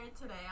today